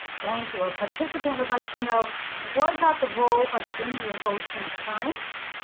thank you. a participant would like to know what about the role of the indian ocean currents